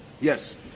Yes